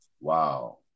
wow